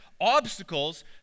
obstacles